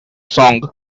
song